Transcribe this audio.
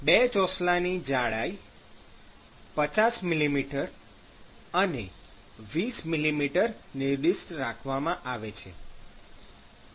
બે ચોસલાની જાડાઈ 50 mm અને 20 mm નિર્દિષ્ટ રાખવામાં આવે છે